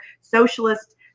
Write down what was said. socialist